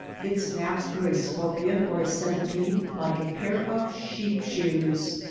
it snaps through a scorpion or a centipede like a pair of sheep shearers.